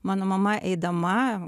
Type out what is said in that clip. mano mama eidama